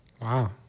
Wow